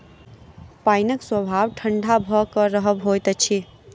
पाइनक स्वभाव ठंढा भ क रहब होइत अछि